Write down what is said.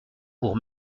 pour